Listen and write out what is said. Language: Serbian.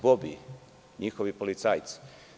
Bobiji, njihovi policajci.